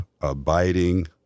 abiding